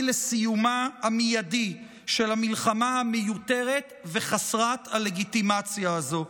לסיומה המיידי של המלחמה המיותרת וחסרת הלגיטימציה הזו.